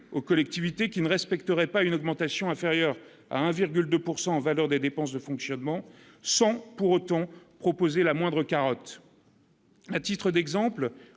aux collectivités qui ne respecteraient pas une augmentation inférieure à 1,2 pourcent en valeur des dépenses de fonctionnement sans pour autant proposer la moindre carotte. à titre d'exemple,